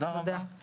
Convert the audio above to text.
הישיבה ננעלה בשעה